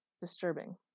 disturbing